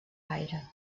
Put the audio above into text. gaire